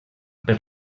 per